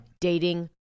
Dating